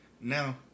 Now